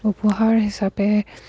উপহাৰ হিচাপে